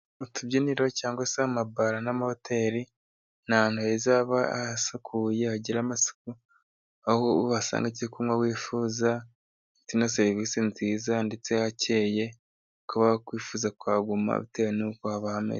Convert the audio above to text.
Utubyiniro cyangwa se amabara n'amahoteli, ni ahantu heza haba hasukuye, hagira amasuku. Aho wasanga icyo kunywa wifuza ndetse na serivisi nziza, ndetse hakeye, ukaba wakwifuza kuhaguma bitewe n'uko haba hameze.